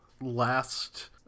last